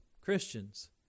Christians